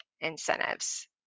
incentives